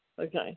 Okay